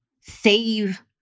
save